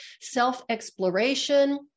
self-exploration